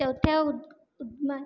चौथ्या उ उद्मा